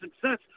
success